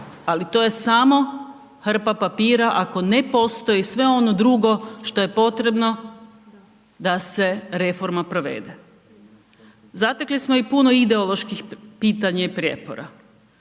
ali to je samo hrpa papira ako ne postoji sve ono drugo što je potrebno da se reforma provede, zatekli smo i puno ideoloških pitanja i prijepora.